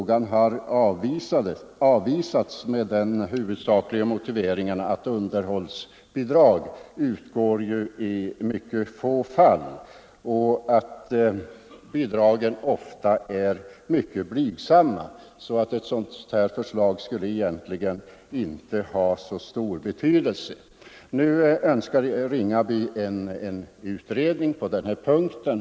Tanken avvisades med den huvudsakliga motiveringen att underhållsbidrag utgår i mycket få fall, och bidragen är då ofta mycket blygsamma. En sådan pensionsrätt skulle därför egentligen inte ha så stor betydelse. Herr Ringaby önskar en utredning på denna punkt.